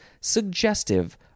suggestive